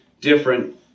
different